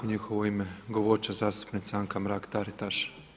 U njihovo ime govorit će zastupnica Anka Mrak TAritaš.